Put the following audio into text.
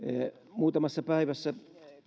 muutamassa päivässä